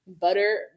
butter